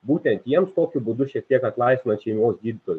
būtent jiems tokiu būdu šiek tiek atlaisvinant šeimos gydytojus